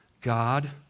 God